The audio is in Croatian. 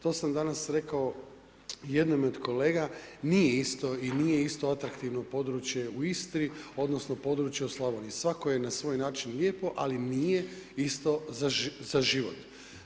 To sam danas rekao jednome od kolega, nije isto i nije isto atraktivno područje u Istri odnosno područje u Slavoniji, svako je na svoj način lijepo ali nije isto za život.